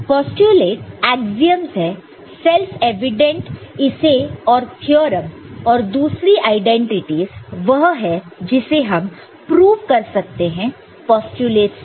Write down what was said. postulates axioms है self evident इसे और थ्योरमस और दूसरी आईडेंटिटीज वह है जिसे हम प्रूव कर सकते हैं पोस्टयूलेटस से